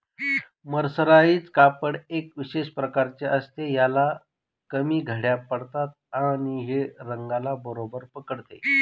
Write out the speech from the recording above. mercerise कापड एका विशेष प्रकारचे असते, ह्याला कमी घड्या पडतात आणि हे रंगाला बरोबर पकडते